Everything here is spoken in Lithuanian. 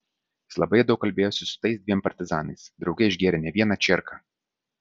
jis labai daug kalbėjosi su tais dviem partizanais drauge išgėrė ne vieną čierką